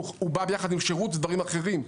הוא בא ביחד עם שירות ועם דברים אחרים,